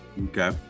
Okay